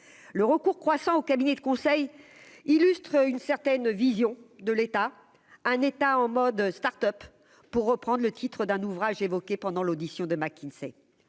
le recours croissant au cabinet de conseil illustre une certaine vision de l'État, un État en mode Start-Up pour reprendre le titre d'un ouvrage évoqué pendant l'audition de McKinsey